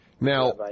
Now